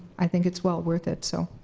i think it's well worth it, so.